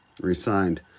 resigned